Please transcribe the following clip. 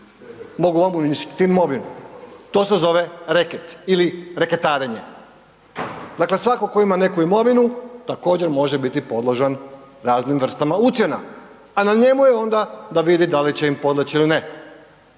mogu vam uništiti imovinu. To se zove reket ili reketarenje. Dakle, svatko tko ima neku imovinu, također, može biti podložan raznim vrstama ucjena, a na njemu je onda da vidi da li će im podleći ili ne.